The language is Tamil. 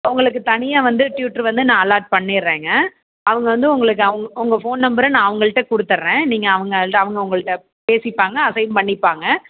உங்களுக்கு தனியாக வந்து ட்யூட்ரு வந்து நான் அலாட் பண்ணிகறேங்க அவங்க வந்து உங்களுக்கு அவங்க உங்கள் ஃபோன் நம்பரை நான் அவங்கள்கிட்ட கொடுத்துறேன் நீங்கள் அவங்கள்கிட்ட அவங்க உங்கள்கிட்ட பேசிப்பாங்க அசைன் பண்ணிப்பாங்க